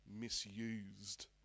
misused